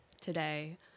today